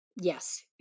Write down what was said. yes